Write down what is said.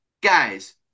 Guys